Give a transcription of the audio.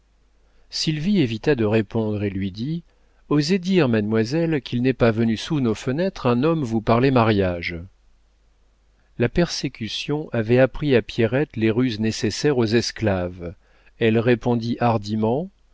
sylvie évita de répondre et lui dit osez dire mademoiselle qu'il n'est pas venu sous nos fenêtres un homme vous parler mariage la persécution avait appris à pierrette les ruses nécessaires aux esclaves elle répondit hardiment